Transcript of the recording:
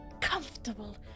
comfortable